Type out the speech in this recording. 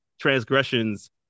transgressions